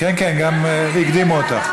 כן, כן, הקדימו אותך.